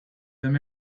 them